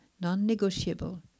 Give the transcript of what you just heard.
non-negotiable